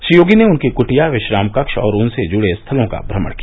श्री योगी ने उनकी कुटिया विश्राम कक्ष और उनसे जुडे स्थलों का भ्रमण किया